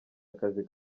akazi